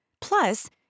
Plus